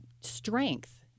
strength